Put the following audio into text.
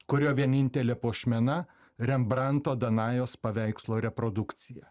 kurio vienintelė puošmena rembranto danajos paveikslo reprodukcija